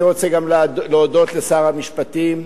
אני רוצה גם להודות לשר המשפטים,